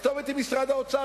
הכתובת היא משרד האוצר.